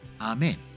Amen